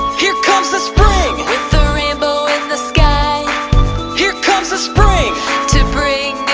here comes the spring with the rainbow in the sky here comes the spring to bring